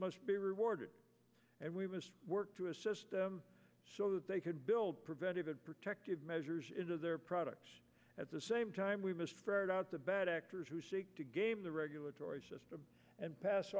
must be rewarded and we will work to assist them so that they could build preventive protective measures into their products at the same time we must ferret out the bad actors who seek to game the regulatory system and pass